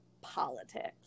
politics